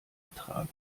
betragen